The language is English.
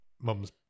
mum's